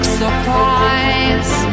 surprise